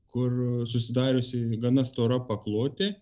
kur susidariusi gana stora paklotė